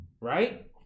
Right